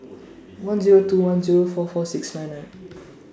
one Zero two one Zero four four six nine nine